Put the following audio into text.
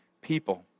people